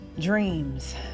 dreams